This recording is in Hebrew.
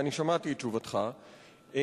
כי שמעתי את תשובתך,